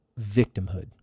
victimhood